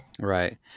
Right